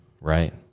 right